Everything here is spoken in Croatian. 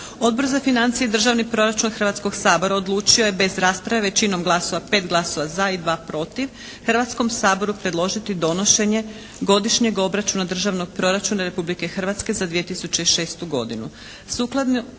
Odbor za financije i državni proračun Hrvatskog sabora odlučio je bez rasprave većinom glasova, 5 glasova za i 2 protiv, Hrvatskom saboru predložiti donošenje Godišnjeg obračuna državnog proračuna Republike Hrvatske za 2006. godinu.